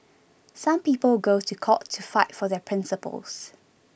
some people go to court to fight for their principles